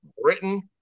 Britain